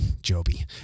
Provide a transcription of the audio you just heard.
Joby